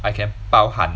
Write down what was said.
I can 包含